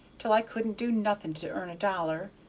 till i couldn't do nothing to earn a dollar,